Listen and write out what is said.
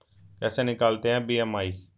कैसे निकालते हैं बी.एम.आई?